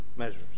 measures